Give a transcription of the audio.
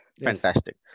Fantastic